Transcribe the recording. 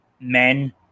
men